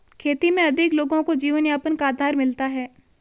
खेती में अधिक लोगों को जीवनयापन का आधार मिलता है